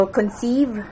conceive